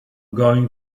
going